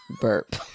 burp